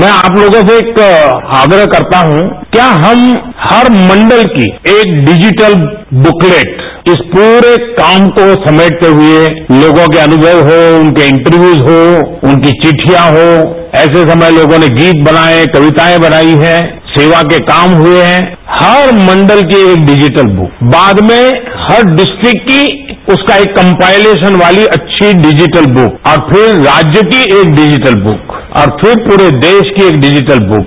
मै आप लोगों से एक आग्रह करता हूं कि क्या हम हर मंडल की एक डिपिटल बुकलेट इस प्ररे काम को समेटते हुए लोगों के अनुमव हो उनके इंटरव्यूज हो उनकी विदित्यां हो ऐसे समय में लोगों ने गीत बनाये कविताएं बनाई है सेवा के काम हुए है हर मंडल के एक श्रिपिटल में बाद में हर खिजिटल की उसका एक कम्पाइलेशन वाली अच्छी खिजिटल बुक और फिर राज्य की एक डिजिटल बुक और छिर पूरे देश की एक डिजिटल बुक